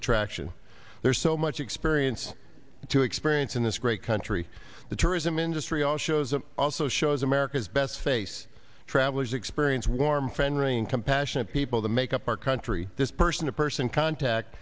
attraction there's so much experience to experience in this great country the tourism industry all shows and also shows america's best face travelers experience warm friend ringing compassionate people to make up our country this person to person contact